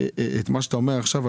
את מה שאתה אומר עכשיו.